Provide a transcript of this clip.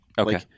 Okay